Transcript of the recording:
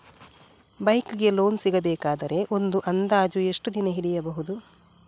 Bike ಗೆ loan ಸಿಗಬೇಕಾದರೆ ಒಂದು ಅಂದಾಜು ಎಷ್ಟು ದಿನ ಹಿಡಿಯಬಹುದು?